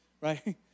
right